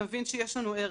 נבין שיש לנו ערך,